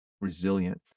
Resilient